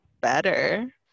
better